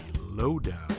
Lowdown